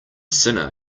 sinner